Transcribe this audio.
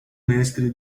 mestre